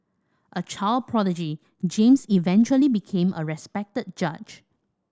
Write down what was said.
a child prodigy James eventually became a respected judge